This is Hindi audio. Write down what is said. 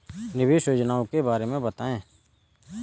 निवेश योजनाओं के बारे में बताएँ?